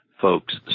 folks